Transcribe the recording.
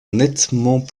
nettement